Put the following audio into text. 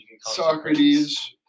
Socrates